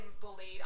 bullied